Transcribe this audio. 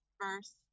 first